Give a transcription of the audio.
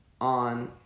on